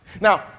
Now